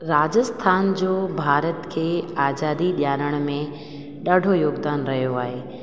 राजस्थान जो भारत खे आज़ादी ॾियारण में ॾाढो योगदान रहियो आहे